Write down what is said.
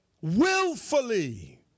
willfully